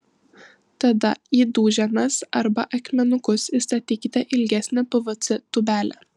tada į duženas arba akmenukus įstatykite ilgesnę pvc tūbelę